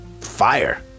fire